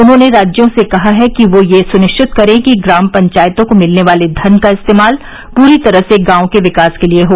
उन्होंने राज्यों से कहा है कि वे यह सुनिश्चित करें कि ग्राम पंचायतों को मिलने वाले धन का इस्तेमाल पूरी तरह से गांवों के विकास के लिए हो